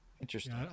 Interesting